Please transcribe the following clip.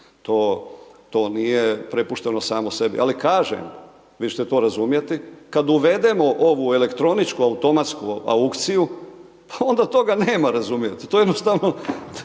to nije, prepušteno samo sebi. Ali kažem, vi ćete to razumjeti, kada uvedemo ovu elektroničko automatsku aukciju pa onda toga nema, razumijete, to jednostavno